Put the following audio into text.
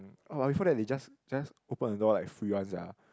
orh before that they just just open the door like free one sia